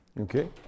Okay